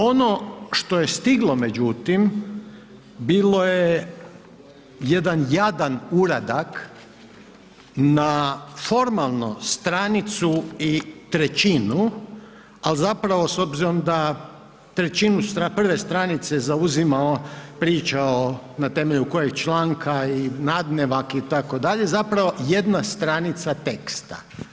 Ono što je stiglo međutim bilo je jedan jadan uradak na formalno stranicu i trećinu, al zapravo s obzirom da trećinu prve stranice zauzima priča o, na temelju kojeg članka i nadnevak itd., zapravo jedna stranica teksta.